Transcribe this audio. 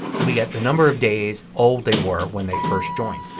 and we get the number of days old they were when they first joined.